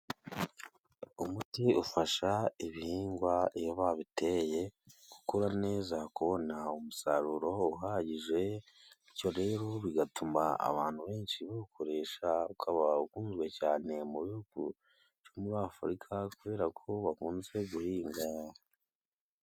Umuti ufasha ibihingwa iyo babiteye, gukura neza kubona umusaruro uhagije, bityo rero bigatuma abantu benshi bawukoresha, ukaba uguzwe cyane mu bihugu byo muri Afurika, kubera ko bakunze guhinga.